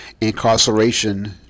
incarceration